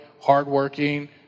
hardworking